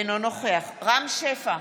אינו נוכח רם שפע,